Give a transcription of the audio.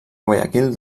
guayaquil